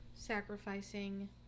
sacrificing